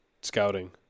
scouting